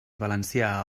valencià